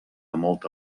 molta